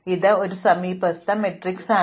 അതിനാൽ ഇത് ഒരു സമീപസ്ഥ മാട്രിക്സാണ്